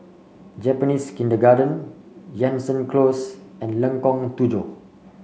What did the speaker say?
Japanese Kindergarten Jansen Close and Lengkong Tujuh